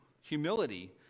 Humility